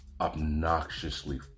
obnoxiously